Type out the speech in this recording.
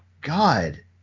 God